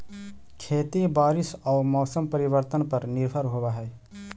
खेती बारिश आऊ मौसम परिवर्तन पर निर्भर होव हई